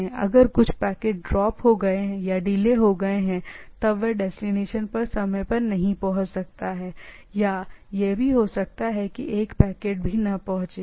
इसलिए एक बार कुछ पैकेट ड्रॉप हो सकते हैं है या डिलेड से समय पर चीजों तक नहीं पहुंच सकता है या यहां तक कि बिल्कुल भी नहीं पहुंच सकता है